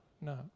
no